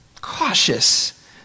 cautious